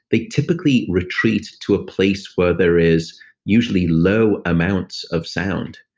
they typically retreat to a place where there is usually low amounts of sound.